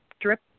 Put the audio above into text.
drip